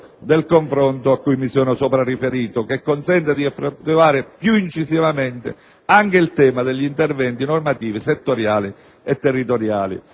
del confronto cui mi sono sopra riferito, che consenta di affrontare più incisivamente anche il tema degli interventi normativi settoriali e territoriali,